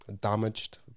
damaged